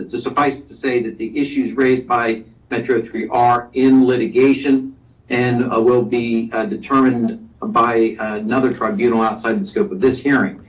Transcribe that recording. suffice to say that the issues raised by metro three are in litigation and ah will be determined by another tribunal outside the scope of this hearing.